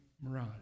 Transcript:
Mirage